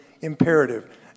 imperative